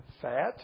fat